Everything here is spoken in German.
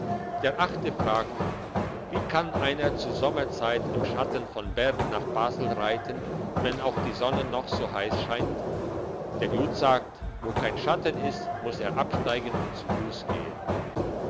der achte fragt wie kann einer zur sommerszeit im schatten von bern nach basel reiten wenn auch die sonne noch so heiss scheint der jud sagt wo kein schatten ist muss er absteigen und zu fuss gehn